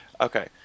Okay